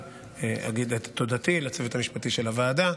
אקדים ואגיד את תודתי לצוות המשפטי של הוועדה,